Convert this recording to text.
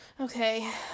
Okay